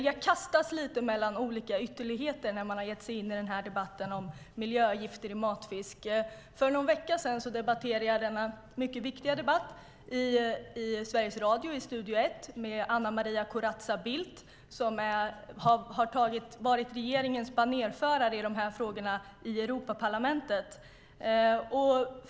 Man kastas mellan olika ytterligheter när man ger sig in i debatten om miljögifter i matfisk. För någon vecka sedan debatterade jag denna viktiga fråga i Sveriges Radios Studio Ett med Anna Maria Corazza Bildt som är regeringens banerförare i dessa frågor i Europaparlamentet.